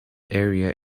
area